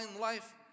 life